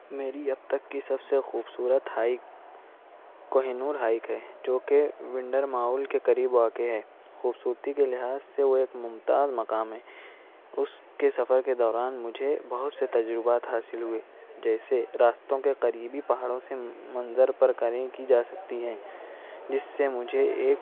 میری اب تک کی سب سے خوبصورت ہائیک کوہ نور ہائیک ہے جو کہ ونڈر ماؤل کے قریب واقع ہے خوبصورتی کے لحاظ سے وہ ایک ممتاز مقام ہے اس کے سفر کے دوران مجھے بہت سے تجربات حاصل ہوئے جیسے راستوں کے قریبی پہاڑوں سے منظر پرکریں کی جا سکتی ہیں جس سے مجھے ایک